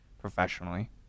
professionally